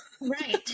Right